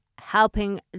helping